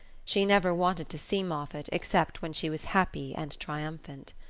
she never wanted to see moffatt except when she was happy and triumphant.